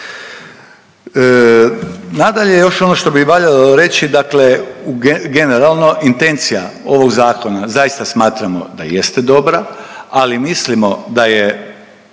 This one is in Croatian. Nadalje, još ono što bi valjalo reći dakle generalno intencija ovog zakona zaista smatramo da jeste dobra, ali mislimo da je